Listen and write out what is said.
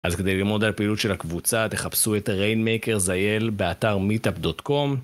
אז כדי ללמוד על פעילות של הקבוצה, תחפשו את rainmakers il באתר meetup.com